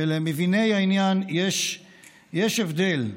ולמביני העניין, יש הבדל.